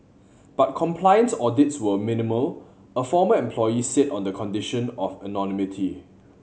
but compliance audits were minimal a former employee said on the condition of anonymity